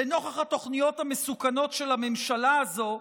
לנוכח התוכניות המסוכנות של הממשלה הזו,